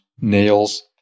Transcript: nails